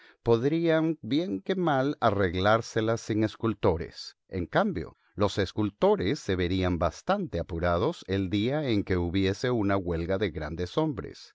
podrían bien que mal arreglárselas sin escultores en cambio los escultores se verían bastante apurados el día en que hubiese una huelga de grandes hombres